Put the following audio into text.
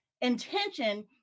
intention